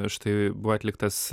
štai buvo atliktas